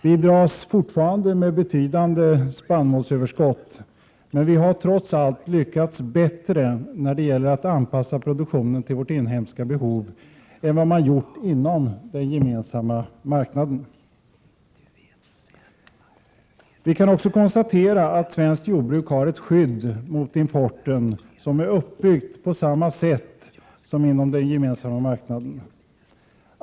Vi dras fortfarande med betydande spannmålsöverskott, men vi har trots allt lyckats bättre när det gäller att anpassa produktionen till vårt inhemska behov än vad man gjort inom den gemensamma marknaden. Vi kan också konstatera att svenskt jordbruk har ett skydd mot importen som är uppbyggt på samma sätt som inom den gemensamma marknaden.